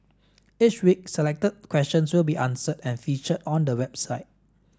each week selected questions will be answered and featured on the website